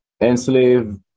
enslave